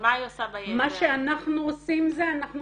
ומה היא עושה ב- - מה שאנחנו עושים זה אנחנו